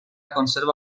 conserva